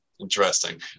Interesting